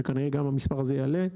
שכנראה גם המספר הזה יעלה,